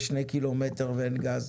יש שני קילומטר ואין גזה.